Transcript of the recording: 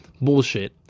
bullshit